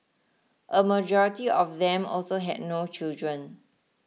a majority of them also had no children